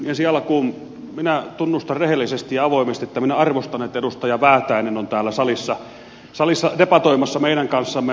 ensi alkuun minä tunnustan rehellisesti ja avoimesti että minä arvostan sitä että edustaja väätäinen on täällä salissa debatoimassa meidän kanssamme